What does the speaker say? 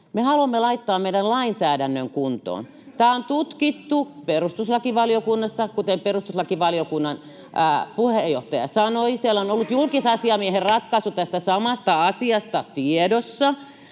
Me haluamme laittaa meidän lainsäädännön kuntoon. Tämä on tutkittu perustuslakivaliokunnassa, kuten perustuslakivaliokunnan puheenjohtaja sanoi. Siellä on ollut julkisasiamiehen ratkaisu tästä samasta asiasta tiedossa.